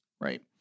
Right